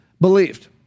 believed